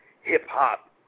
hip-hop